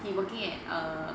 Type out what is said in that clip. he working at err